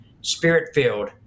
spirit-filled